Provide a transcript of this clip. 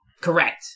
Correct